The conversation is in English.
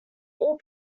all